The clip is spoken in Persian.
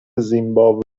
زیمباوه